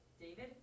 David